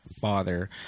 father